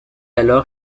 alors